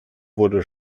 wurde